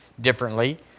differently